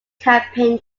campaign